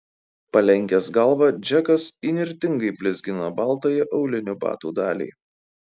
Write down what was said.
palenkęs galvą džekas įnirtingai blizgino baltąją aulinių batų dalį